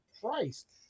Christ